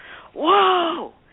Whoa